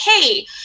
Hey